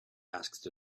asked